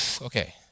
Okay